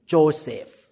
Joseph